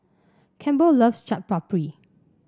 Campbell loves Chaat Papri